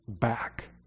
back